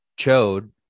Chode